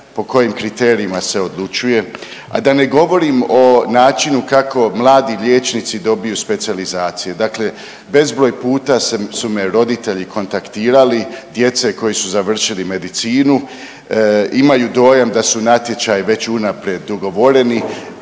po kojim kriterijima se odlučuje, a da ne govorim o načinu kako mladi liječnici dobiju specijalizacije. Dakle bezbroj puta su me roditelji kontaktirali djece koji su završili medicinu, imaju dojam da su natječaji već unaprijed dogovoreni.